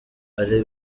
ari